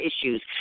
issues